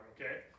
okay